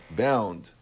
bound